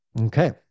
Okay